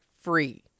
free